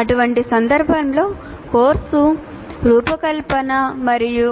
అటువంటి సందర్భంలో కోర్సు రూపకల్పన మరియు